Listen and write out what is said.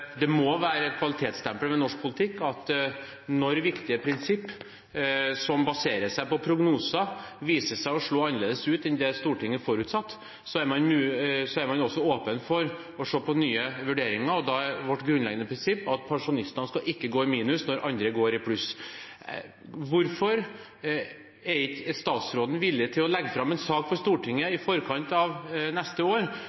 når viktige prinsipp som baserer seg på prognoser, viser seg å slå annerledes ut enn det Stortinget forutsatte, er man åpen for nye vurderinger. Da er vårt grunnleggende prinsipp at pensjonistene ikke skal gå i minus når andre går i pluss. Hvorfor er ikke statsråden villig til å legge fram en sak for Stortinget i forkant av neste år,